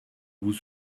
vous